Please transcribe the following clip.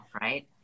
right